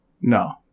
No